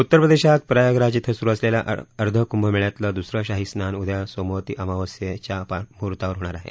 उत्तरप्रदेशात प्रयागराज इथं सुरु असलेल्या अर्ध कुंभमेळ्यातलं दुसरं शाही स्नान उद्या सोमवती अमावास्येच्या मुहूर्तावर होणार आहे